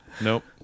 Nope